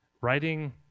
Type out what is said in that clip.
Writing